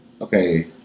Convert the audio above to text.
Okay